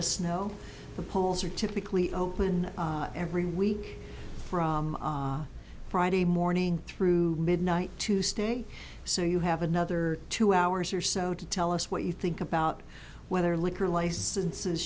us know the polls are typically open every week from friday morning through midnight tuesday so you have another two hours or so to tell us what you think about whether liquor licenses